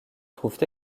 trouvent